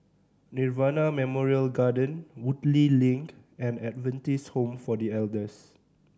Nirvana Memorial Garden Woodleigh Link and Adventist Home for The Elders